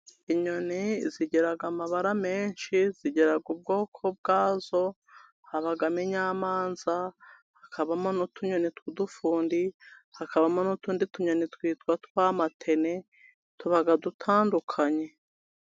Inyoni zigira amabara menshi, zigira ubwoko bwazo, habamo inyamanza, hakabamo n'utunyoni tw'udufundi, hakabamo n'utundi tunyoni twitwa twa matene, tuba dutandukanye.